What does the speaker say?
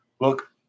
look